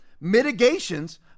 mitigations